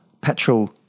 petrol